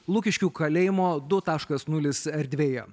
lukiškių kalėjimo du taškas nulis erdvėje